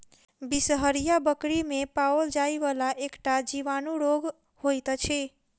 बिसरहिया बकरी मे पाओल जाइ वला एकटा जीवाणु रोग होइत अछि